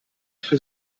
für